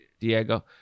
Diego